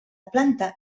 planta